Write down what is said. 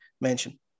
mention